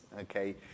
Okay